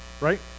right